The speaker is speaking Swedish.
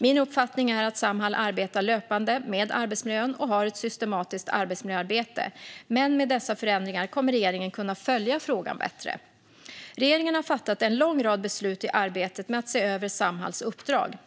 Min uppfattning är att Samhall arbetar löpande med arbetsmiljön och har ett systematiskt arbetsmiljöarbete, men med dessa förändringar kommer regeringen att kunna följa frågan bättre. Regeringen har fattat en lång rad beslut i arbetet med att se över Samhalls uppdrag.